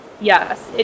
Yes